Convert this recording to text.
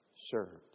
served